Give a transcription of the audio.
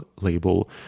label